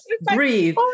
breathe